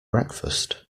breakfast